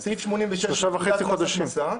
סעיף 86 לפקודת מס הכנסה.